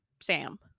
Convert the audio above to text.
Sam